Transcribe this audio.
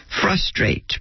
frustrate